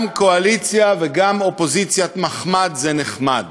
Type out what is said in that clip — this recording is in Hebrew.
גם קואליציה וגם אופוזיציית מחמד זה נחמד,